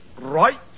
Right